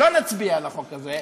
שלא נצביע על החוק הזה,